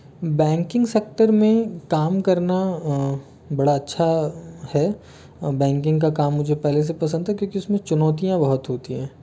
banking sector में काम करना बड़ा अच्छा है बैंकिंग का काम मुझे पहले से पसंद था क्योंकि उसमें चुनौतियां बहुत होती है